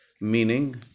Meaning